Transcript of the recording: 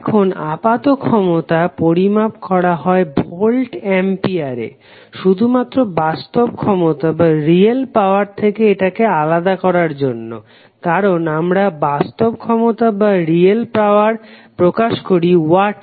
এখন আপাত ক্ষমতা পরিমাপ করা হয় ভোল্ট অ্যাম্পিয়ার এ শুধুমাত্র বাস্তব ক্ষমতা থেকে এটাকে আলাদা করার জন্য কারণ আমরা বাস্তব ক্ষমতা প্রকাশ করি ওয়াট এ